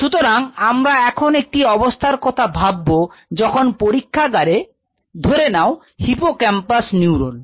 সুতরাং আমরা এমন একটি অবস্থার কথা ভাববো যখন পরীক্ষাগারে ধরে নাও হিপোক্যাম্পাল নিউরন